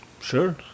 sure